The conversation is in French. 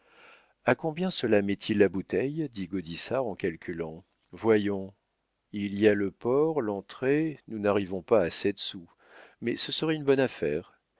a combien cela met-il la bouteille dit gaudissart en calculant voyons il y a le port l'entrée nous n'arrivons pas à sept sous mais ce serait une bonne affaire